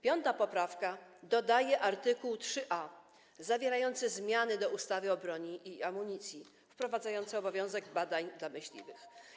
5. poprawka dodaje art. 3a zawierający zmiany do ustawy o broni i amunicji, wprowadzający obowiązek badań dla myśliwych.